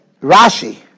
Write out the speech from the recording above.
Rashi